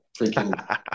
freaking